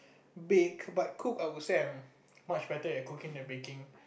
bake but cook I would say I much better at cooking than baking